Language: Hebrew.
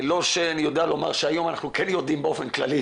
לא שאני יודע לומר שהיום אנחנו כן יודעים באופן כללי